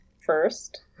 first